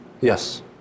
Yes